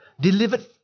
Delivered